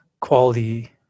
quality